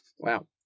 wow